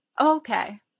Okay